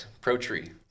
Pro-tree